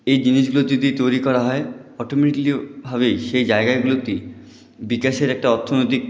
এই জিনিসগুলো যদি তৈরি করা হয় অটোমেটিকলিভাবেই সেই জায়গাগুলোতেই বিকাশের একটা অর্থনৈতিক